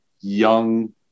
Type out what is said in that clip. young